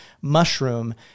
mushroom